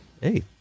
Hey